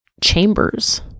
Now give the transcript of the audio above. chambers